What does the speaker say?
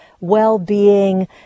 well-being